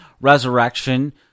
resurrection